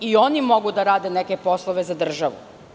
I oni mogu da rade neke poslove za državu.